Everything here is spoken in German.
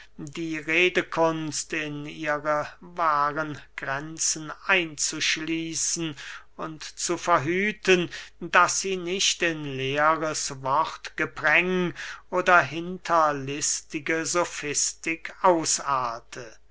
die redekunst in ihre wahren grenzen einzuschließen und zu verhüten daß sie nicht in leeres wortgepräng oder hinterlistige sofistik ausarte